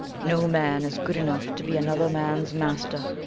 no man is good enough to be another man's master.